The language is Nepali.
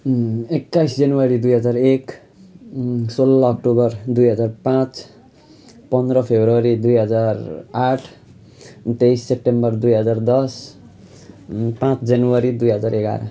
एक्काइस जनवरी दुई हजार एक सोह्र अक्टोबर दुई हजार पाँच पन्ध्र फेब्रुअरी दुई हजार आठ तेइस सेप्टेम्बर दुई हजार दस पाँच जनवरी दुई हजार एघार